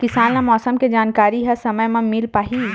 किसान ल मौसम के जानकारी ह समय म मिल पाही?